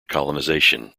colonization